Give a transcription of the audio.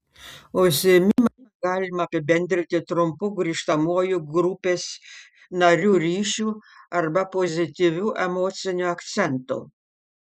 užsiėmimą galima apibendrinti trumpu grįžtamuoju grupės narių ryšiu arba pozityviu emociniu akcentu